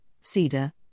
cedar